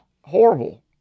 horrible